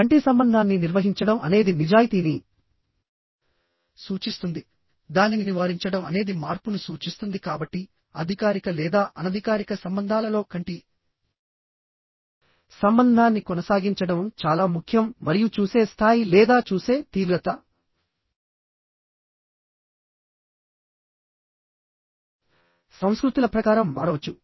కంటి సంబంధాన్ని నిర్వహించడం అనేది నిజాయితీని సూచిస్తుందిదానిని నివారించడం అనేది మార్పును సూచిస్తుంది కాబట్టి అధికారిక లేదా అనధికారిక సంబంధాలలో కంటి సంబంధాన్ని కొనసాగించడం చాలా ముఖ్యం మరియు చూసే స్థాయి లేదా చూసే తీవ్రత సంస్కృతుల ప్రకారం మారవచ్చు